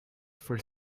for